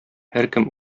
һәркем